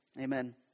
Amen